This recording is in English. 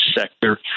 sector